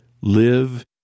live